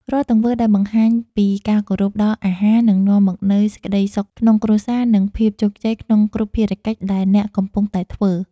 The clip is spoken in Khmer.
រាល់ទង្វើដែលបង្ហាញពីការគោរពដល់អាហារនឹងនាំមកនូវសេចក្តីសុខក្នុងគ្រួសារនិងភាពជោគជ័យក្នុងគ្រប់ភារកិច្ចដែលអ្នកកំពុងតែធ្វើ។